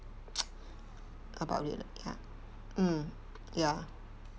about it ya mm ya